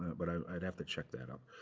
but i'd have to check that out,